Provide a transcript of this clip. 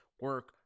Work